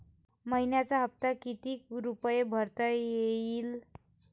मइन्याचा हप्ता कितीक रुपये भरता येईल?